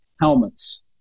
helmets